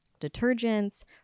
detergents